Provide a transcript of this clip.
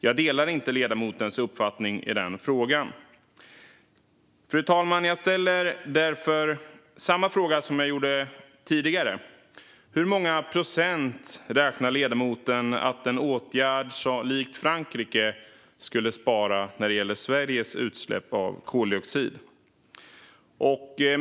Jag delar dock inte ledamotens uppfattning i frågan. Fru talman! Låt mig därför ställa samma fråga som jag ställde tidigare. Hur många procent av Sveriges utsläpp av koldioxid skulle en åtgärd likt Frankrikes spara?